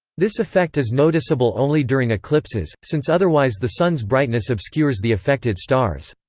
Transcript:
this effect is noticeable only during eclipses, since otherwise the sun's brightness obscures the affected stars.